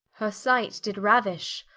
her sight did rauish,